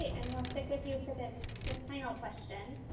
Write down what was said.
and we'll stick with you for this this final question.